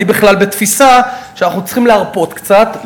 אני בכלל בתפיסה שאנחנו צריכים להרפות קצת,